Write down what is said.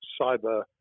cyber